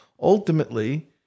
Ultimately